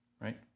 Right